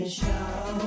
show